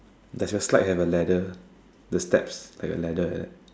does the slide have a ladder the step like a ladder like that